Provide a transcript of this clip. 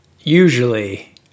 usually